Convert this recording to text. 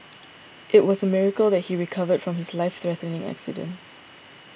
it was a miracle that he recovered from his life threatening accident